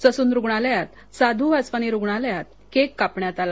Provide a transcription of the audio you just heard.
Sassoon रुग्णालयात तसंच साधू वासवानी रुग्णालयात केक कापण्यात आला